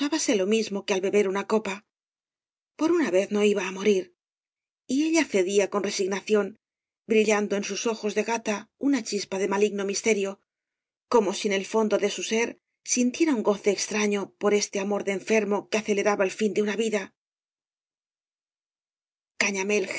excusábase lo mismo que al beber una copa por una ves más no iba á morir y ella cedía con resignación cañas y barro brillando en bus ojos de gata una chispa de maligno miaterio como el en el fondo de bu eer eintiera un goce extraño por este amor de enfermo que aceleraba el fin de una vida